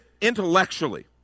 intellectually